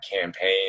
campaign